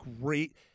great